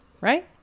right